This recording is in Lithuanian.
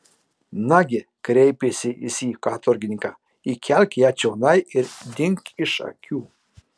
nagi kreipėsi jis į katorgininką įkelk ją čionai ir dink iš akių